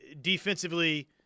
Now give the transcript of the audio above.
Defensively